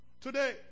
today